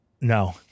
no